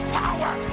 power